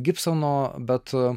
gibsono bet